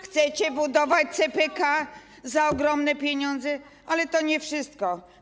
Chcecie budować CPK za ogromne pieniądze, ale to nie wszystko.